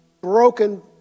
broken